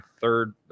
third